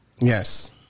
Yes